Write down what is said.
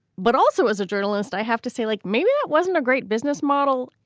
but also as a journalist, i have to say, like maybe it wasn't a great business model.